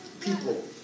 People